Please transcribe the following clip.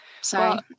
sorry